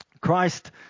Christ